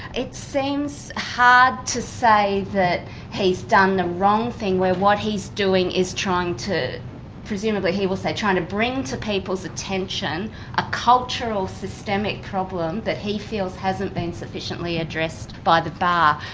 it seems hard to say that he's done the wrong thing, where what he's doing is trying to presumably he will say trying to bring to people's attention a cultural, systemic problem that he feels hasn't been sufficiently addressed by the bar.